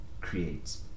creates